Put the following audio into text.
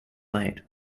late